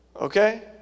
okay